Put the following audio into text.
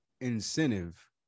incentive